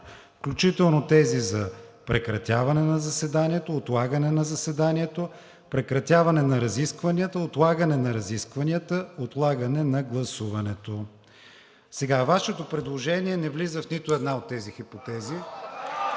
включително тези за прекратяване на заседанието, отлагане на заседанието, прекратяване на разискванията, отлагане на разискванията, отлагане на гласуването.“ Сега, Вашето предложение не влиза в нито една от тези хипотези.